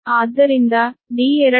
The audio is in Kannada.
ಆದ್ದರಿಂದ d2 9